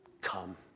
come